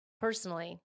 personally